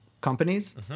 companies